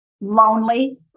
lonely